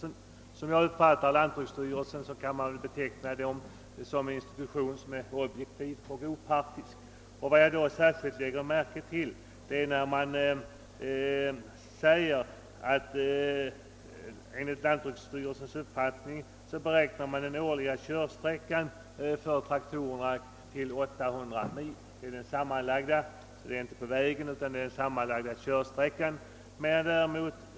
Såvitt jag förstår kan lantbruksstyrelsen betraktas som en objek tiv och opartisk instution. Särskilt har jag fäst mig vid att lantbruksstyrelsen beräknar den årliga körsträckan för traktorerna till 800 mil, således den sammanlagda körsträckan och inte bara körsträckan på väg.